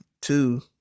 two